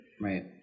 right